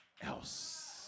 else